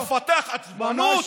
כל דבר, מה פתאום, אתה מפתח עצבנות.